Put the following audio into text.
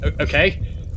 Okay